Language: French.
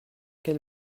quel